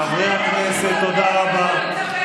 חברי הכנסת, תודה רבה.